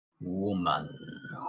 woman